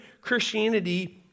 Christianity